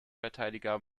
verteidiger